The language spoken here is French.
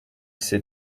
sait